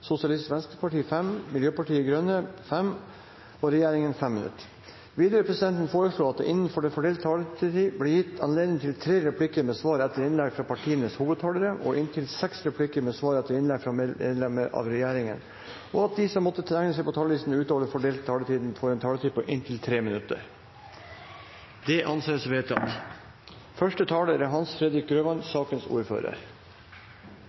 Sosialistisk Venstreparti 5 minutter, Miljøpartiet De Grønne 5 minutter og regjeringen 5 minutter. Videre vil presidenten foreslå at det blir gitt anledning til replikkordskifte på inntil tre replikker med svar etter innlegg fra partienes hovedtalerne og inntil seks replikker med svar etter innlegg fra medlemmer av regjeringen innenfor den fordelte taletid. Videre foreslås det at de som måtte tegne seg på talerlisten utover den fordelte taletid, får en taletid på inntil 3 minutter. – Dette anses vedtatt.